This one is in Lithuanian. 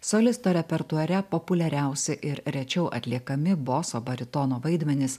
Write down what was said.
solisto repertuare populiariausi ir rečiau atliekami boso baritono vaidmenys